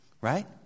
right